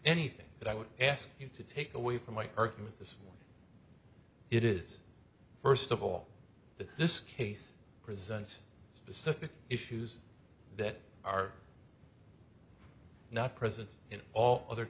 anything that i would ask you to take away from my argument this it is first of all that this case presents specific issues that are not present in all other